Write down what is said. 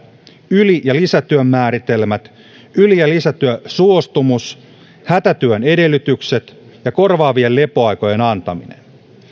yli ja lisätyön määritelmät yli ja lisätyösuostumus hätätyön edellytykset ja korvaavien lepoaikojen antaminen